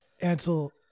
Ansel